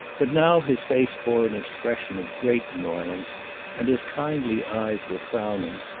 but now his face bore an expression of great an noyance and his kindly eyes were frowning,